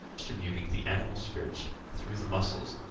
distributing the animal spirits through the muscles,